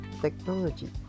technology